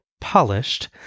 polished